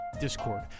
Discord